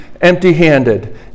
empty-handed